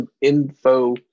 info